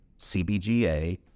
CBGA